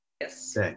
Yes